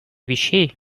вещей